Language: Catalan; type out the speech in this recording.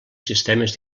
sistemes